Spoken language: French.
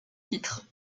titre